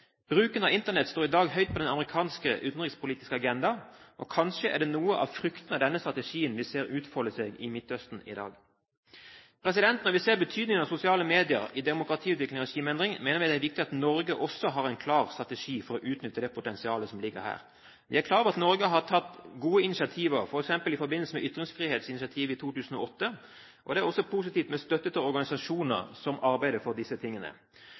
Bruken av Internett står i dag høyt på den amerikanske utenrikspolitiske agenda, og kanskje er det noe av fruktene av denne strategien vi ser utfolde seg i Midtøsten i dag. Når vi ser betydningen av sosiale medier i demokratiutvikling og regimeendring, mener vi det er viktig at Norge også har en klar strategi for å utnytte det potensialet som ligger her. Vi er klar over at Norge har tatt gode initiativ, f.eks. i forbindelse med ytringsfrihetsinitiativet i 2008. Det er også positivt med støtte til organisasjoner som arbeider for disse tingene.